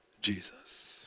Jesus